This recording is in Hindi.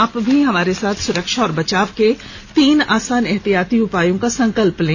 आप भी हमारे साथ सुरक्षा और बचाव के तीन आसान एहतियाती उपायों का संकल्प लें